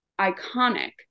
Iconic